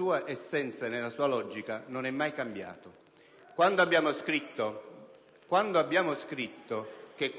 sua essenza e nella sua logica, non è mai cambiato. Quando abbiamo scritto che